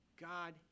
God